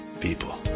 people